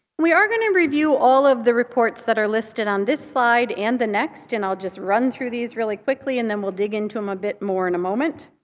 we are going to review all of the reports that are listed on this slide and the next. and i'll just run through these really quickly and then we'll dig into them um a bit more in a moment.